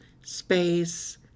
space